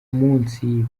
munsi